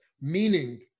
meaning